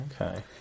Okay